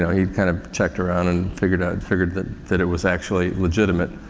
he kind of checked around and figured out and figured that, that it was actually legitimate,